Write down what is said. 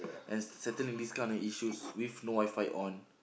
and settling these kind of issues with no WiFi on